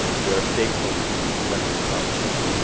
we are stakeholders in the selection process.